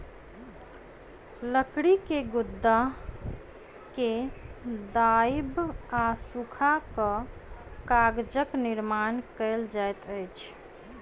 लकड़ी के गुदा के दाइब आ सूखा कअ कागजक निर्माण कएल जाइत अछि